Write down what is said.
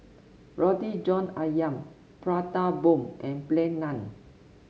Roti John ayam Prata Bomb and Plain Naan